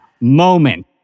moment